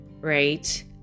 right